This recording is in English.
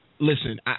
Listen